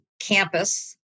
campus